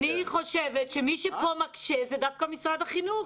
אני חושבת שמי שפה מקשה זה דווקא משרד החינוך.